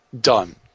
Done